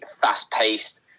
fast-paced